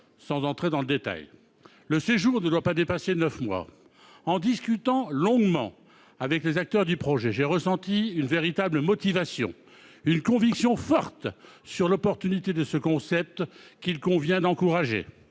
n'entre pas dans le détail, mais le séjour ne doit pas dépasser neuf mois. En discutant longuement avec les acteurs du projet, j'ai ressenti une véritable motivation, une conviction forte sur l'opportunité de ce concept, qu'il convient d'encourager.